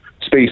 space